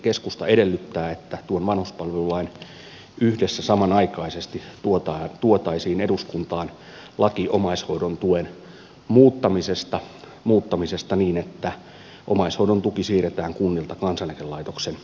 keskusta edellyttää että tuon vanhuspalvelulain yhteydessä samanaikaisesti tuotaisiin eduskuntaan laki omaishoidon tuen muuttamisesta niin että omaishoidon tuki siirretään kunnilta kansaneläkelaitoksen maksettavaksi